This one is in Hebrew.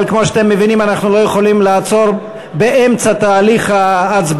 אבל כמו שאתם מבינים אנחנו לא יכולים לעצור באמצע תהליך ההצבעה.